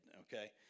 okay